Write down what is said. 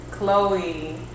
Chloe